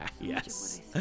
yes